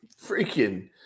Freaking